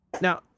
now